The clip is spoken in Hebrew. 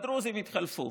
בדרוזים התחלפו.